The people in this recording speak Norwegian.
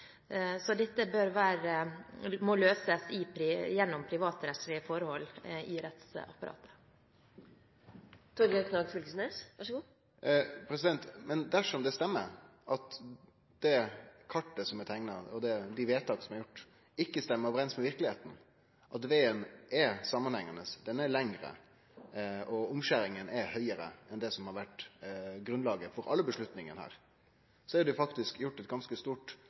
Så dette må løses gjennom privatrettslige forhold i rettsapparatet. Men dersom det er riktig at det kartet som er teikna, og dei vedtaka som er gjorde, ikkje stemmer overeins med verkelegheita, at vegen er samanhengande, han er lengre, og skjeringa er høgare enn det som har vore grunnlaget for alle vedtaka her, er det faktisk gjort eit ganske stort